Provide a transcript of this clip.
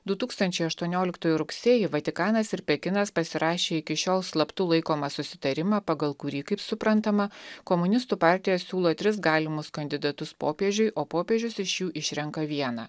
du tūkstančiai aštuonioliktųjų rugsėjį vatikanas ir pekinas pasirašė iki šiol slaptu laikomą susitarimą pagal kurį kaip suprantama komunistų partija siūlo tris galimus kandidatus popiežiui o popiežius iš jų išrenka vieną